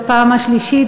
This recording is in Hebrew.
בפעם השלישית,